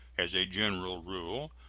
as a general rule,